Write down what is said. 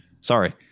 Sorry